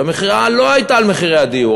המחאה לא הייתה על מחירי הדיור,